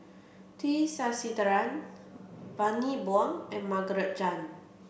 T Sasitharan Bani Buang and Margaret Chan